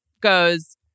goes